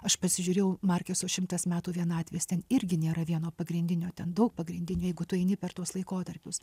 aš pasižiūrėjau markeso šimtas metų vienatvės ten irgi nėra vieno pagrindinio ten daug pagrindinių jeigu tu eini per tuos laikotarpius